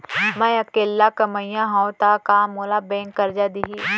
मैं अकेल्ला कमईया हव त का मोल बैंक करजा दिही?